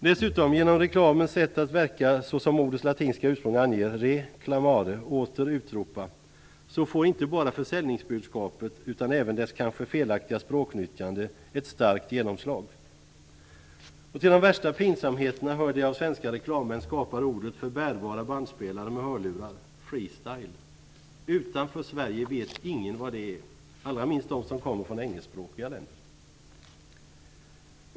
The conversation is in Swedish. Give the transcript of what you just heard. Dessutom, genom att reklamen verkar såsom ordets latinska ursprung anger, re clamare, dvs. åter utropa, får inte bara försäljningsbudskapet utan även dess kanske felaktiga språknyttjande ett starkt genomslag. Till de värsta pinsamheterna hör det av svenska reklammän skapade ordet för bärbara bandspelare med hörlurar, freestyle. Utanför Sverige vet ingen vad det är, allra minst de som kommer från engelskspråkiga länder.